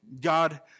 God